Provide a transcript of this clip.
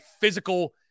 physical